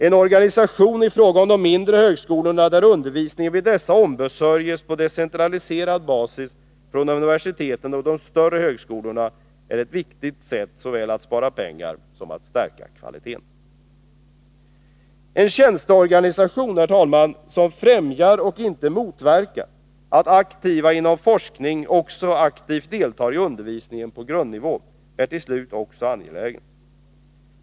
En organisation där undervisningen vid de mindre högskolorna ombesörjs decentraliserat från universiteten och de större högskolorna är ett viktigt sätt att såväl spara pengar som stärka kvaliteten. En tjänsteorganisation, slutligen, som främjar och inte motverkar att aktiva inom forskning också aktivt deltar i undervisningen på grundnivå är också angelägen.